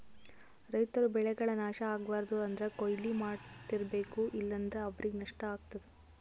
ರೈತರ್ ಬೆಳೆಗಳ್ ನಾಶ್ ಆಗ್ಬಾರ್ದು ಅಂದ್ರ ಕೊಯ್ಲಿ ಮಾಡ್ತಿರ್ಬೇಕು ಇಲ್ಲಂದ್ರ ಅವ್ರಿಗ್ ನಷ್ಟ ಆಗ್ತದಾ